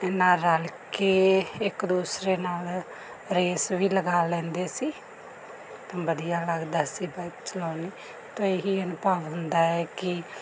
ਨਾਲ ਰਲ ਕੇ ਇੱਕ ਦੂਸਰੇ ਨਾਲ ਰੇਸ ਵੀ ਲਗਾ ਲੈਂਦੇ ਸੀ ਤਾਂ ਵਧੀਆ ਲੱਗਦਾ ਸੀ ਬਾਇਕ ਚਲਾਉਣੀ ਅਤੇ ਇਹੀ ਅਨੁਭਵ ਹੁੰਦਾ ਹੈ ਕਿ